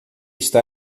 está